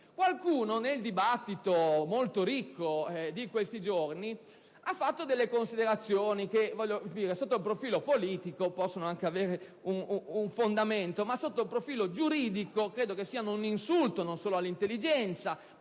Qualcuno, nel dibattito, molto ricco, di questi giorni, ha fatto delle considerazioni che, sotto il profilo politico, possono anche avere un fondamento, ma sotto il profilo giuridico credo siano un insulto non solo all'intelligenza